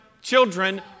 children